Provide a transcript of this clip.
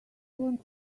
want